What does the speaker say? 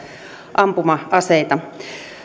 ampuma aseita